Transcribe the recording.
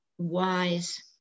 wise